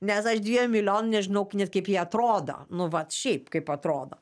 nes aš dviejų milijonų nežinau net kaip jie atrodo nu vat šiaip kaip atrodo